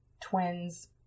twins